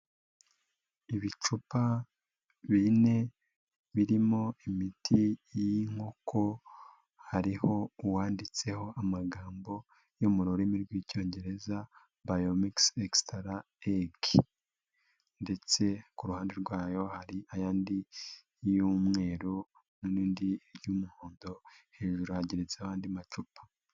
Ibicupa bine birimo imiti y'inkoko hariho uwanditseho amagambo yo mu rurimi rw'icyongereza bayomikisi ekisitara egi, ndetse ku ruhande rwayo hari ayandi y'umweru n'indi y'umuhondo hejuru hageretseho andi macupa.